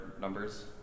numbers